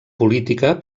política